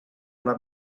una